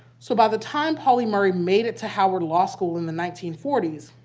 so by the time pauli murray made it to howard law school in the nineteen forty s,